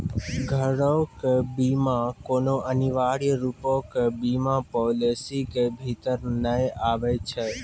घरो के बीमा कोनो अनिवार्य रुपो के बीमा पालिसी के भीतर नै आबै छै